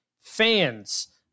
fans